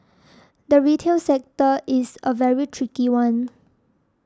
the retail sector is a very tricky one